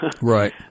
right